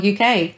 UK